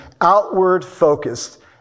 outward-focused